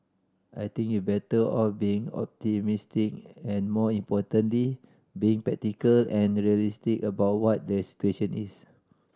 I think you're better off being optimistic and more importantly being practical and realistic about what the situation is